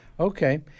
Okay